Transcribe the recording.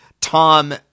Tom